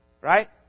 Right